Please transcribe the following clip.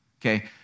Okay